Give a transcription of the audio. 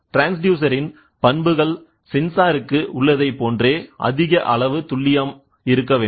transducer இன் பண்புகள் சென்சாருக்கு உள்ளதைப் போன்றே அதிக அளவு துல்லியம் இருக்க வேண்டும்